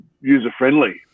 user-friendly